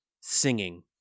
singing